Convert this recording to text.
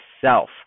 self